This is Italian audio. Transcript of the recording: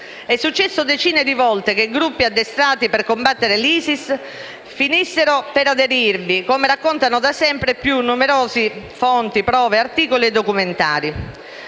È successo decine di volte che gruppi addestrati per combattere l'ISIS finissero per aderirvi, come raccontato da sempre più numerosi fonti, prove, articoli e documentari.